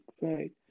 right